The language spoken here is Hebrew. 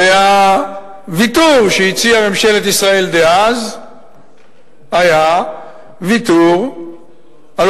הוויתור שהציעה ממשלת ישראל דאז היה ויתור על